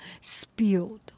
spilled